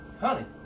Honey